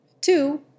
two